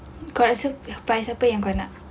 kalau it's you prize apa yang kau nak